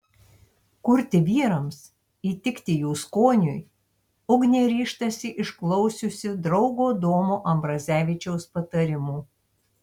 kurti vyrams įtikti jų skoniui ugnė ryžtasi išklausiusi draugo domo ambrazevičiaus patarimų